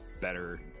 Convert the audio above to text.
better